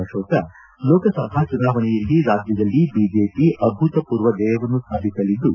ಅಕೋಕ ಲೋಕಸಭಾ ಚುನಾವಣೆಯಲ್ಲಿ ರಾಜ್ಯದಲ್ಲಿ ಬಿಜೆಪಿ ಅಭೂತಪೂರ್ವ ಜಯವನ್ನು ಸಾಧಿಸಲಿದ್ದು